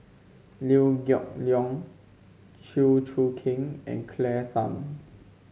Liew Geok Leong Chew Choo Keng and Claire Tham